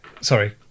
Sorry